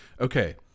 okay